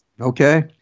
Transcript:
okay